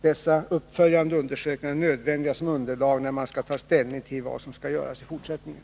Dessa uppföljande undersökningar är nödvändiga som underlag när man skall ta ställning till vad som skall göras i fortsättningen.